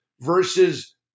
versus